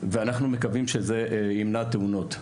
ואנחנו מקווים שזה ימנע תאונות.